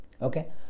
Okay